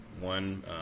one